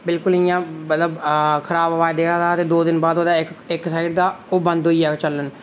बिल्कुल इयां खराब आबाज देआ दा हा ते दो दिन बाद ओहदा इक साइड दा ओह बंद होई गेआ चलना